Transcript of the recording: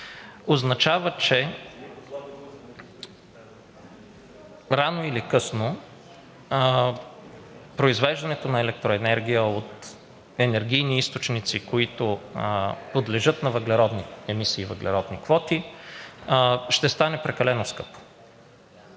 означава, че рано или късно произвеждането на електроенергия от енергийни източници, които подлежат на емисии въглеродни квоти, ще стане прекалено скъпо.